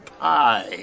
pie